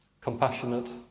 compassionate